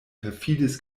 perfides